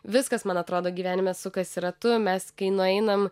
viskas man atrodo gyvenime sukasi ratu mes kai nueinam